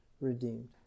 redeemed